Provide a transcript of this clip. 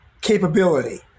capability